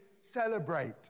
celebrate